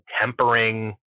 tempering